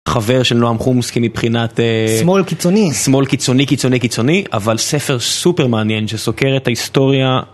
חבר של נועם חומסקי מבחינת... שמאל קיצוני. שמאל קיצוני קיצוני קיצוני, אבל ספר סופר מעניין שסוקר את ההיסטוריה.